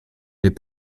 les